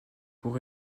pour